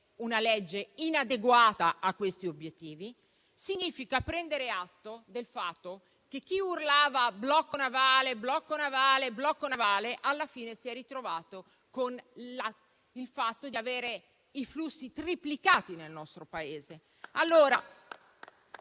una legge inadeguata a questi obiettivi, significa prendere atto del fatto che chi urlava "blocco navale! blocco navale! blocco navale!" alla fine si è ritrovato di fronte al fatto che i flussi di ingresso nel nostro Paese